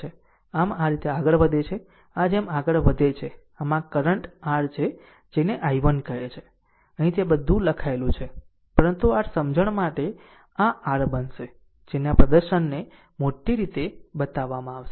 આમ આ રીતે આગળ વધે છે આ જેમ આગળ વધે છે આમ આ કરંટ r છે જેને I1 કહે છે અહીં તે બધું લખાયેલું છે પરંતુ r સમજણ માટે આ r બનશે જેને આ પ્રદર્શનને મોટી રીતે બતાવવામાં આવશે